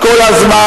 כל הזמן,